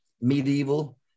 medieval